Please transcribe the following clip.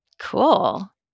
Cool